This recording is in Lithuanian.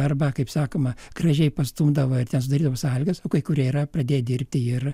arba kaip sakoma gražiai pastumdavo ir ten sudarydavo sąlygas o kai kurie yra pradėję dirbti ir